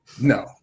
No